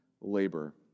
labor